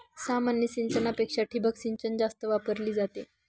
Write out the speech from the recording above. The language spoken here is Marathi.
सामान्य सिंचनापेक्षा ठिबक सिंचन जास्त वापरली जाते